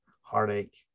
heartache